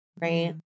right